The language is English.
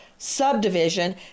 subdivision